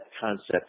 concept